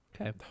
Okay